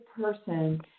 person